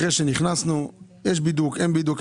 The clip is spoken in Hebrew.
אחרי שנכנסנו יש בידוק או אין בידוק,